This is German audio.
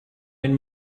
den